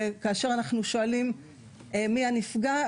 וכאשר אנחנו שואלים מי הנפגע,